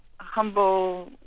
humble